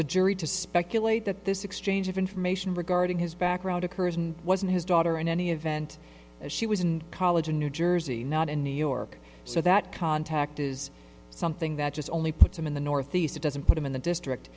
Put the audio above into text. the jury to speculate that this exchange of information regarding his background occurs and wasn't his daughter in any event as she was in college in new jersey not in new york so that contact is something that just only puts him in the northeast it doesn't put him in the district